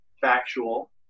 factual